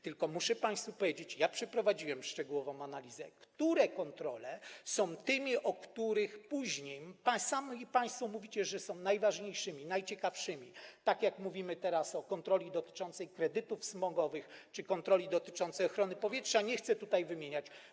Tylko muszę państwu powiedzieć, że przeprowadziłem szczegółową analizę, które kontrole są tymi, o których później pan sam i państwo mówicie, że są najważniejszymi, najciekawszymi kontrolami, mówimy teraz o kontroli dotyczącej kredytów smogowych czy kontroli dotyczącej ochrony powietrza, nie chcę tutaj wymieniać.